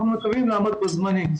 אנחנו מקווים לעמוד בזמנים.